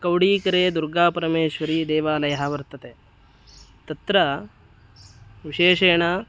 कौडीकरे दुर्गापरमेश्वरीदेवालयः वर्तते तत्र विशेषेण